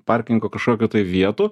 parkingo kažkokių tai vietų